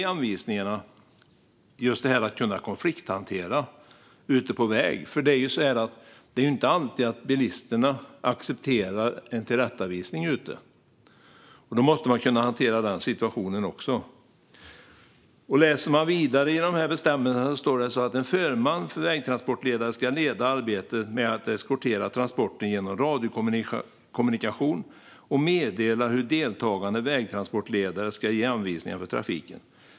I anvisningarna står det också om att kunna konflikthantera ute på väg. Det är inte alltid bilisterna accepterar en tillrättavisning. En sådan situation måste man också kunna hantera. I bestämmelserna står det också att "en förman för vägtransportledare ska leda arbetet med att eskortera transporten genom radiokommunikation och meddela hur deltagande vägtransportledare ska ge anvisningar för trafiken.